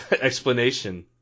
explanation